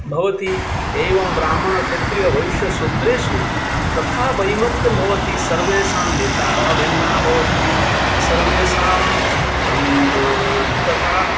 भवति एवं ब्राह्मणक्षत्रियवैष्यशूद्रेषु तथा वैमत्यं भवति सर्वेषां नेतारः भिन्नाः भवन्ति सर्वेषां तथा